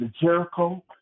Jericho